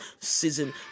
season